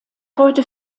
heute